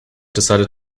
decided